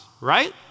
right